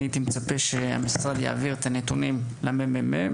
אני הייתי מצפה שהמשרד יעביר את הנתונים ל-ממ"מ.